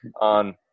on